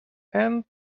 end